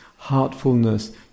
heartfulness